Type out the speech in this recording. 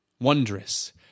wondrous